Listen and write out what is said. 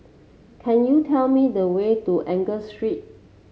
could you tell me the way to Angus Street